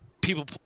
people